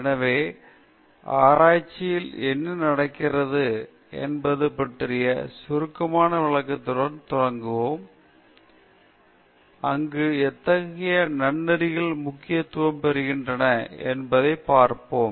எனவே ஆராய்ச்சியில் என்ன நடக்கிறது என்பது பற்றிய ஒரு சுருக்கமான விளக்கத்துடன் தொடங்குவோம் அங்கு எத்தகைய நன்னெறிகள் முக்கியம் பெறுகின்றன என்பதைப் பார்ப்போம்